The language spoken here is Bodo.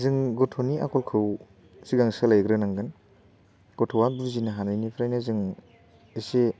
जों गथ'फोरनि आखलखौ सिगां सोलायग्रोनांगोन गथ'आ बुजिनो हानायनिफ्रायनो जों एसे